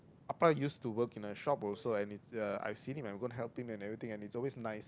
appa use to work in a shop also and it's uh I've seen him at work helping and everything and it's always nice